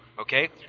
Okay